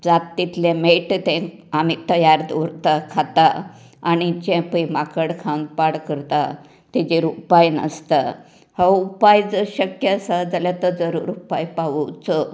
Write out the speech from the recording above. जात तितले मेळटा ते आमी तयार दवरतात खाता आनी जे पळय माकड खावन पाड करता तेजेर उपाय नासता हो उपाय जर शक्य आसा जाल्यार जरूर उपाय पावोवचो